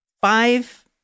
five